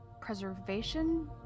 preservation